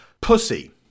PUSSY